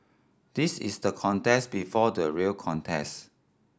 this is the contest before the real contest